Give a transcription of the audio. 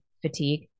fatigue